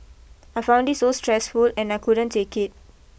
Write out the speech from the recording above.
I found it so stressful and I couldn't take it